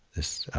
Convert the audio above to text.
this, um,